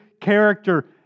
character